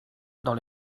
dans